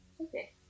Okay